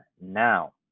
now